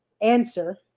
answer